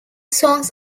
songs